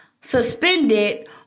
suspended